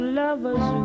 lovers